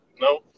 no